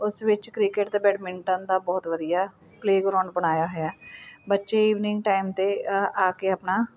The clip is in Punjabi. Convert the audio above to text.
ਉਸ ਵਿੱਚ ਕ੍ਰਿਕਟ ਅਤੇ ਬੈਡਮਿੰਟਨ ਦਾ ਬਹੁਤ ਵਧੀਆ ਪਲੇਅ ਗਰਾਉਂਡ ਬਣਾਇਆ ਹੋਇਆ ਬੱਚੇ ਈਵਨਿੰਗ ਟਾਈਮ 'ਤੇ ਅ ਆ ਕੇ ਆਪਣਾ